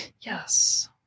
Yes